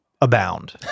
abound